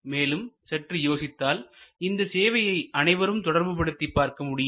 மேலும் சற்று யோசித்தால் இந்த சேவையை அனைவரும் தொடர்புபடுத்திப் பார்க்க முடியும்